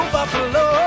Buffalo